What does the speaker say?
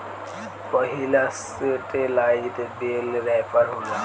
पहिला सेटेलाईट बेल रैपर होला